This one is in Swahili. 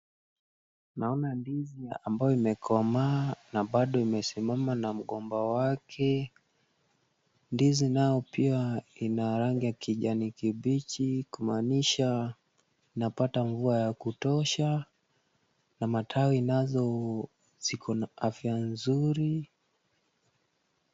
Naona ndizi ambayo imekomaa na bado imesimama na mgomba wake, ndizi nao pia ina rangi ya kijani kibichi kumaanisha inapata mvua ya kutosha na matawi nazo ziko na afya nzuri.